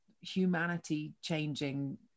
humanity-changing